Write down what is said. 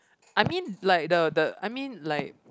I mean like the the I mean like